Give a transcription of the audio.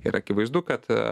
ir akivaizdu kad